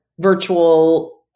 virtual